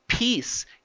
Peace